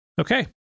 Okay